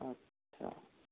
अच्छा